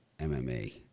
MMA